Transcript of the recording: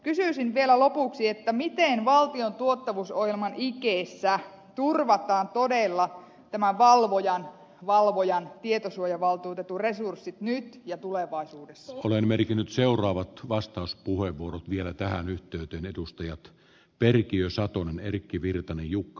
kysyisin vielä lopuksi miten valtion tuottavuusohjelman ikeessä turvataan todella tämän valvojan valvojan tietosuojavaltuutetun resurssit nyt ja tulevaisuudessa ole merkinnyt seuraava vastauspuheenvuorot vielä tähän yhteyteen edustajat peri kiusatun erkki virtanen jukka